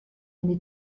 eine